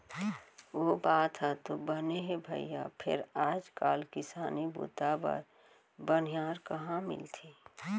ओ बात ह तो बने हे भइया फेर आज काल किसानी बूता बर बनिहार कहॉं मिलथे?